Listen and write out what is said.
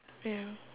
ya